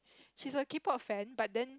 she's a Kpop fan but then